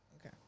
Okay